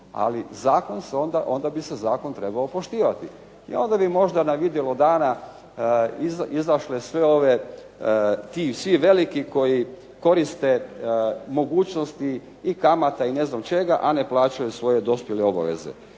ali zakon se onda, onda bi se zakon trebao poštivati. I onda bi možda na vidjelo dana izašle sve ove, ti svi veliki koji koriste mogućnosti i kamata i ne znam čega, a ne plaćaju svoje dospjele obaveze.